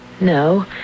no